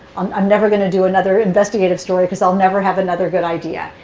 i'm never going to do another investigative story, because i'll never have another good idea.